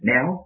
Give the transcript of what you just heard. Now